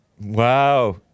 wow